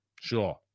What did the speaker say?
sure